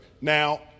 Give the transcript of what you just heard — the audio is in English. Now